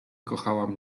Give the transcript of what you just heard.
kochałam